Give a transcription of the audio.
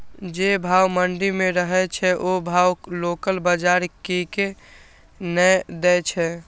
जे भाव मंडी में रहे छै ओ भाव लोकल बजार कीयेक ने दै छै?